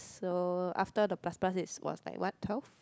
so after the plus plus is what's that what twelve